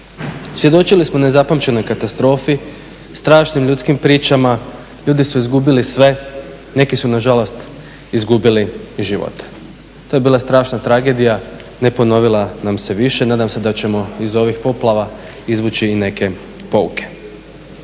Svjedočili smo nezapamćenoj katastrofi, strašnim ljudskim pričama, ljudi su izgubili sve, neki su nažalost izgubili i živote. To je bila strašna tragedija, neponovila nam se više, nadam se da ćemo iz ovih poplava izvući i neke pouke.